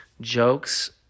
jokes